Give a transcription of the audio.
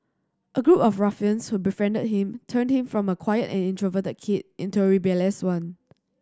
a group of ruffians who befriended him turned him from a quiet and introverted kid into a rebellious one